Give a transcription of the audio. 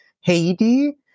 Haiti